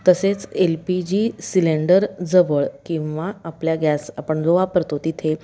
तसेच L P G cylinder जवळ किंवा आपल्या गॅस आपण जो वापरतो तिथे